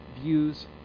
views